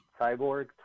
Cyborg